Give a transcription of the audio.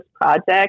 project